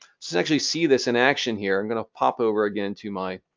let's actually see this in action here. i'm going to pop over again to my